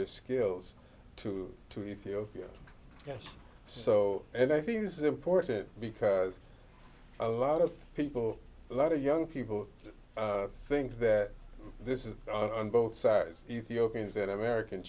their skills to to ethiopia yes so and i think this is important because a lot of people a lot of young people think that this is on both sides ethiopians and american